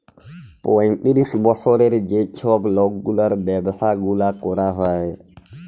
পঁয়তিরিশ বসরের যে ছব লকগুলার ব্যাবসা গুলা ক্যরা হ্যয়